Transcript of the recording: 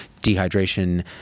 dehydration